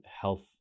health